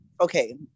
Okay